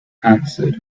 answered